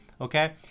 okay